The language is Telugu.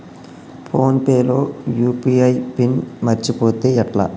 ఫోన్ పే లో యూ.పీ.ఐ పిన్ మరచిపోతే ఎట్లా?